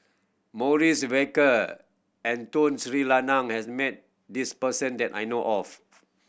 Maurice Baker and Tun Sri Lanang has met this person that I know of